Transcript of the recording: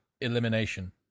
elimination